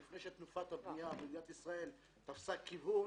לפני שתנופת הבנייה במדינת ישראל תפסה תאוצה,